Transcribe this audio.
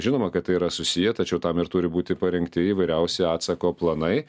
žinoma kad tai yra susiję tačiau tam ir turi būti parengti įvairiausi atsako planai